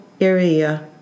area